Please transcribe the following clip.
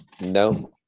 no